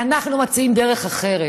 ואנחנו מציעים דרך אחרת,